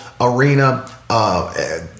arena